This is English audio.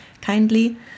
kindly